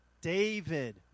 David